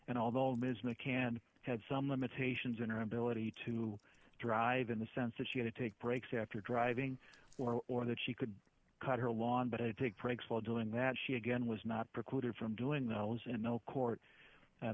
and although ms mccann had some limitations in her ability to drive in the sense that she had to take breaks after driving or or that she could cut her lawn but i did take breaks while doing that she again was not precluded from doing that i was in no court and